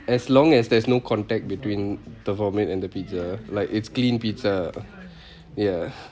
as long as there is no contact between the vomit and the pizza like it's clean pizza ya